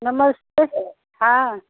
नमस्ते हाँ